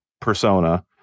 persona